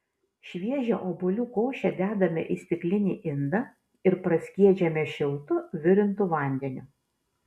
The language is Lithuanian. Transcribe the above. šviežią obuolių košę dedame į stiklinį indą ir praskiedžiame šiltu virintu vandeniu